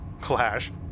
Clash